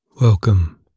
Welcome